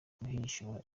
guhishura